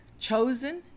CHOSEN